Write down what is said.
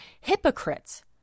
hypocrites